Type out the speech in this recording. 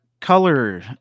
color